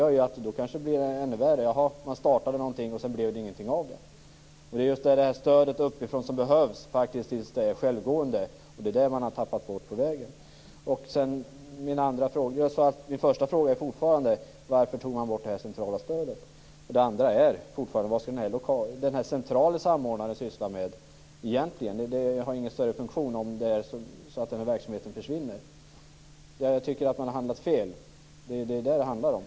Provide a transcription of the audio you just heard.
Följden av att man startat något som det inte blivit någonting av blir kanske ett ytterligare försämrat läge. Det behövs ett stöd uppifrån för att verksamheten skall bli självgående, men det har man tappat bort på vägen. Min första fråga var alltså: Varför tog man bort det centrala stödet? Min andra fråga gällde vad den centrale samordnaren egentligen sysslar med. Denne har ingen större funktion, om verksamheten försvinner. Jag tycker att man här har handlat felaktigt.